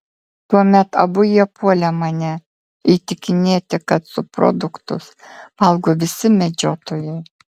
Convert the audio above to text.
tuomet abu jie puolė mane įtikinėti kad subproduktus valgo visi medžiotojai